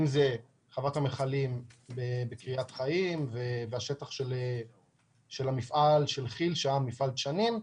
אם זה חוות המכלים בקריית חיים והשטח של המפעל של כיל שהיה מפעל דשנים,